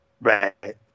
Right